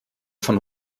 von